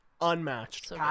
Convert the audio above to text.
unmatched